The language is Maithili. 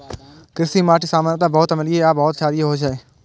कृषि माटि सामान्यतः बहुत अम्लीय आ बहुत क्षारीय होइ छै